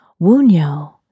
Wunyo